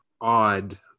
odd